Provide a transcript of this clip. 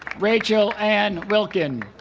rachael ann wilken